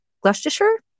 Gloucestershire